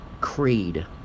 creed